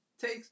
takes